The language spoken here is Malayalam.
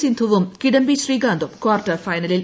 സിന്ധുവും കിടംബി ശ്രീകാന്തും കാർട്ടർ ഫൈനലിൽ